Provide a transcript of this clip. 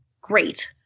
great